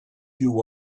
you